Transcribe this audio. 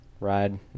ride